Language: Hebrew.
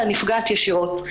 הנפגעת ישירות.